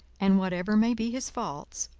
and whatever may be his faults,